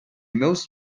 most